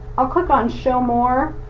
i'll click on show more,